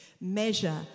measure